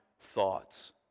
thoughts